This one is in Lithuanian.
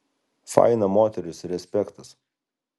faina moteris respektas